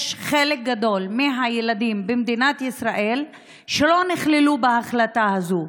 חלק גדול מהילדים במדינת ישראל לא נכללו בהחלטה הזאת,